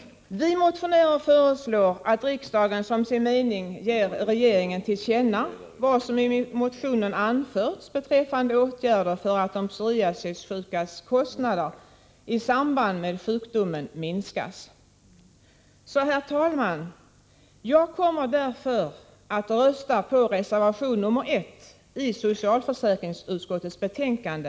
Vi motionärer föreslår att riksdagen som sin mening ger regeringen till känna vad som i motionen anförts beträffande åtgärder för att de psoriasissjukas kostnader i samband med sjukdomen skall minskas. Herr talman! Jag kommer därför att rösta på reservation 1 i socialförsäkringsutskottets betänkande.